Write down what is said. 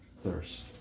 thirst